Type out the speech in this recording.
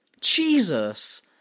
Jesus